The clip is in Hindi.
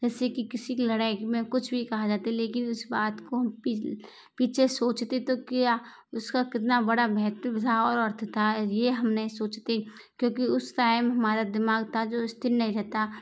जैसे कि किसी की लड़ाई में कुछ भी कहा जाता है लेकिन उस बात को पीछे सोचती तो क्या उसका कितना बड़ा महत्व था और अर्थ था ये हम नहीं सोंचते क्योंकि उसे टाइम हमारा दिमाग था जो स्थिर नहीं रहता